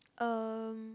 um